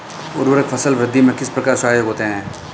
उर्वरक फसल वृद्धि में किस प्रकार सहायक होते हैं?